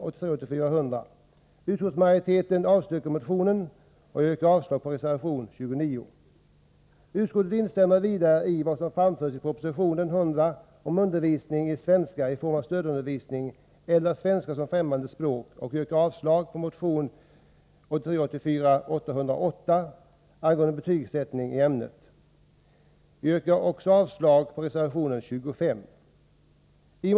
Utskottet instämmer vidare i vad som framförs i proposition 1983 84:808 angående betygssättning i ämnet. Jag yrkar avslag på reservation 25.